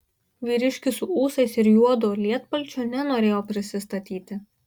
vyriškis su ūsais ir juodu lietpalčiu nenorėjo prisistatyti